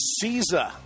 Caesar